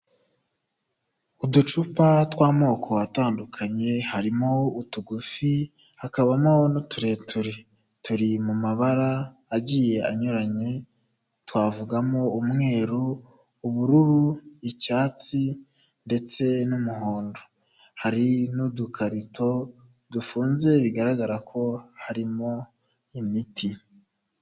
Uducupa tw'amoko atandukanye, harimo utugufi hakabamo n'utureture, turi mu mabara agiye anyuranye twavugamo umweru, ubururu, icyatsi ndetse n'umuhondo, hari n'udukarito dufunze bigaragara ko harimo imiti.